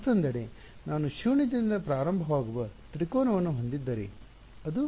ಮತ್ತೊಂದೆಡೆ ನಾನು ಶೂನ್ಯದಿಂದ ಪ್ರಾರಂಭವಾಗುವ ತ್ರಿಕೋನವನ್ನು ಹೊಂದಿದ್ದರೆ ಅದು ಸರಿ